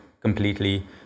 completely